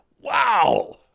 wow